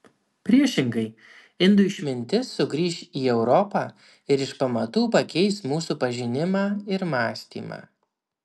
priešingai indų išmintis sugrįš į europą ir iš pamatų pakeis mūsų pažinimą ir mąstymą